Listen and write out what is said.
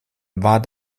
war